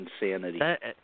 Insanity